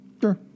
sure